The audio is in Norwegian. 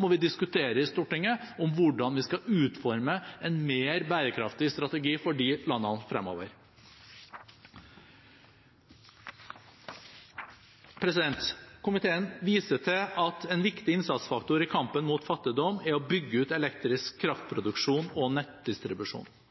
må vi diskutere i Stortinget hvordan vi skal utforme en mer bærekraftig strategi for de landene fremover. Komiteen viser til at en viktig innsatsfaktor i kampen mot fattigdom er å bygge ut elektrisk kraftproduksjon og nettdistribusjon.